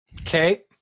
okay